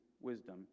wisdom